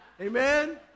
Amen